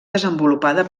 desenvolupada